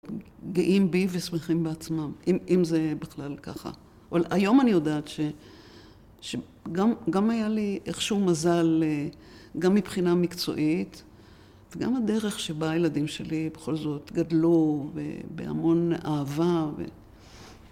גאים בי ושמחים בעצמם, אם זה בכלל ככה. אבל היום אני יודעת שגם היה לי איכשהו מזל, גם מבחינה מקצועית, וגם הדרך שבה הילדים שלי בכל זאת גדלו בהמון אהבה.